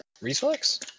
reflex